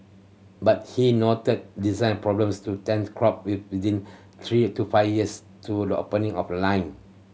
but he noted design problems to tends crop with within three to five years to the opening of a line